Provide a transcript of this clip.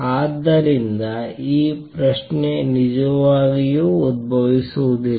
ಆದ್ದರಿಂದ ಈ ಪ್ರಶ್ನೆ ನಿಜವಾಗಿಯೂ ಉದ್ಭವಿಸುವುದಿಲ್ಲ